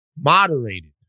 moderated